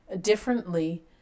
differently